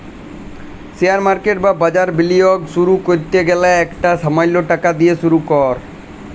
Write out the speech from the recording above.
share market বা বাজারে বিলিয়গ শুরু ক্যরতে গ্যালে ইকট সামাল্য টাকা দিঁয়ে শুরু কর